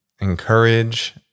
encourage